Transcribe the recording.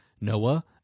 Noah